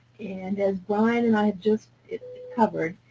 and as bryan and i just covered,